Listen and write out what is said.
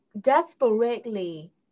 desperately